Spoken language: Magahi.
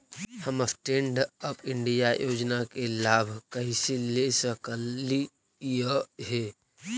हम स्टैन्ड अप इंडिया योजना के लाभ कइसे ले सकलिअई हे